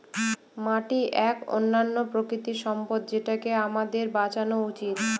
মাটি এক অনন্য প্রাকৃতিক সম্পদ যেটাকে আমাদের বাঁচানো উচিত